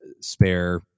spare